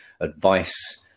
advice